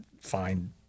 find